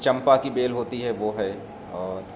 چمپا کی بیل ہوتی ہے وہ ہے اور